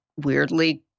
weirdly